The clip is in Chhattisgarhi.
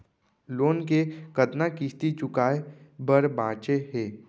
लोन के कतना किस्ती चुकाए बर बांचे हे?